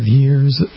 years